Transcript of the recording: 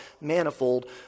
manifold